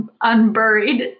unburied